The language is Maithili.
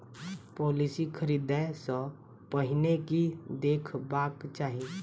पॉलिसी खरीदै सँ पहिने की देखबाक चाहि?